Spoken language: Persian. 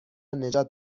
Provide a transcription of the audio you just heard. نجات